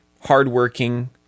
hardworking